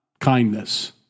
kindness